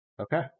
Okay